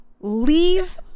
leave